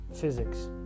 physics